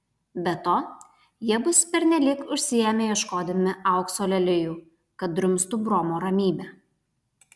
be to jie bus pernelyg užsiėmę ieškodami aukso lelijų kad drumstų bromo ramybę